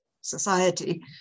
society